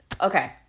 okay